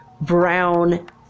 brown